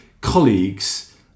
colleagues